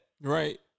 Right